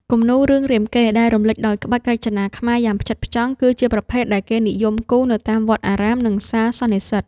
គំនូរ រឿងរាមកេរ្តិ៍ ដែលរំលេចដោយក្បាច់រចនាខ្មែរយ៉ាងផ្ចិតផ្ចង់ គឺជាប្រភេទដែលគេនិយមគូរនៅតាមវត្តអារាម និងសាលសន្និសីទ។